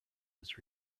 was